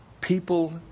people